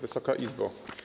Wysoka Izbo!